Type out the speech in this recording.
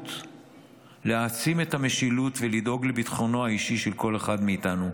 המחויבות להעצים את המשילות ולדאוג לביטחונו האישי של כל אחד מאיתנו.